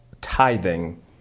tithing